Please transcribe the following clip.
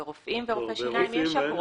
לגבי רופאים ורופאי שיניים יש אגרות.